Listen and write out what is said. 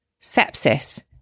sepsis